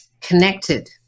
connected